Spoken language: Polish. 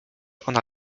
ona